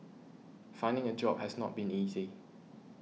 finding a job has not been easy